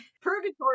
Purgatory